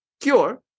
cure